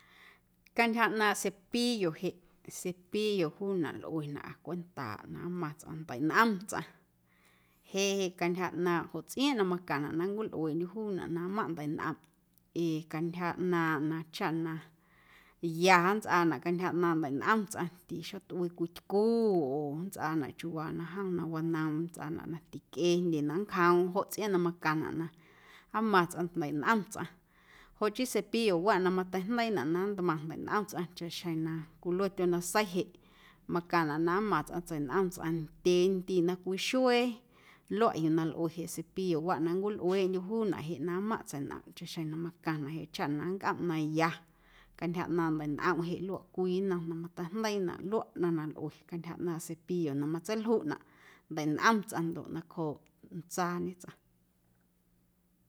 Cantyja ꞌnaaⁿꞌ cepillo jeꞌ cepiloo juunaꞌ lꞌuenaꞌa cwentaaꞌ na nmaⁿ tsꞌaⁿ ndeiꞌnꞌom tsꞌaⁿ jeꞌ jeꞌ cantyja ꞌnaaⁿꞌ joꞌ tsꞌiaaⁿꞌ na macaⁿnaꞌ na nncwilꞌueeꞌndyuꞌ juunaꞌ na nmaⁿꞌ ndeiꞌnꞌomꞌ ee na cantyja ꞌnaaⁿꞌ na chaꞌ na ya nntsꞌaaⁿnaꞌ cantyja ꞌnaaⁿꞌ ndeiꞌnꞌom tsꞌaⁿ tixotꞌuii cwii tycu oo nntsꞌaanaꞌ chiuuwa na jom na wanoomꞌm nntsꞌaanaꞌ na ticꞌee jndye na nncjoomꞌm joꞌ tsꞌiaaⁿꞌ na macaⁿnaꞌ na nmaⁿ tsꞌaⁿ ndeiꞌnꞌom tsꞌaⁿ joꞌ chii cepillowaꞌ na mateijndeiinaꞌ na ntmaⁿ ndeiꞌnꞌom tsꞌaⁿ chaꞌxjeⁿ na cwilue tyonasei jeꞌ macaⁿnaꞌ na nmaⁿ tsꞌaⁿ tseiꞌnꞌom tsꞌaⁿ ndyeendiiꞌ na cwii xuee luaꞌ yuu na lꞌueꞌ jeꞌ cepillowaꞌ na nncwilꞌueeꞌndyuꞌ juunaꞌ jeꞌ na nmaⁿꞌ tseiꞌnꞌomꞌ chaꞌxjeⁿ na macaⁿnaꞌ jeꞌ chaꞌ na nncꞌomꞌ na ya cantyja ꞌnaaⁿꞌ ndeiꞌnꞌomꞌ jeꞌ luaꞌ cwii nnom na mateijndeiinaꞌ luaꞌ ꞌnaⁿ na lꞌue cantyja ꞌnaaⁿꞌ cepillo na matseiljuꞌnaꞌ ndeiꞌnꞌom tsꞌaⁿ ndoꞌ nacjooꞌ ntsaañe tsꞌaⁿ.